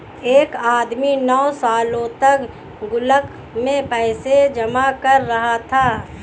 एक आदमी नौं सालों तक गुल्लक में पैसे जमा कर रहा था